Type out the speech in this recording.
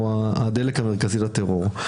הדבר הזה הוא הדלק המרכזי לטרור.